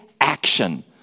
action